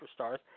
superstars